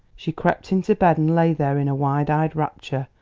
she crept into bed and lay there in a wide-eyed rapture,